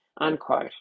unquote